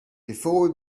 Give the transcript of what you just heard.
before